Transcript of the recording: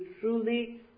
truly